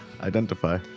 identify